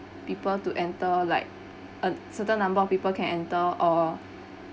people to enter like a certain number of people can enter or